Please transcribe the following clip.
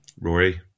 Rory